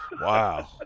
Wow